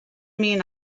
mean